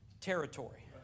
Territory